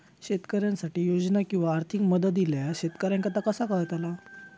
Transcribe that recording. शेतकऱ्यांसाठी योजना किंवा आर्थिक मदत इल्यास शेतकऱ्यांका ता कसा कळतला?